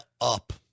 up